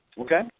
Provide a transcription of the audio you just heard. Okay